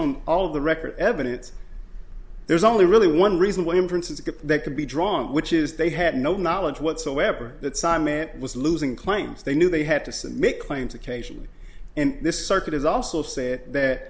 on all of the record evidence there's only really one reason why inferences that could be drawn which is they had no knowledge whatsoever that simon was losing claims they knew they had to submit claims occasionally and this circuit is also saying that